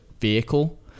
vehicle